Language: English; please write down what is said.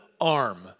arm